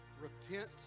repent